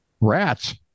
Rats